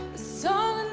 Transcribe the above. so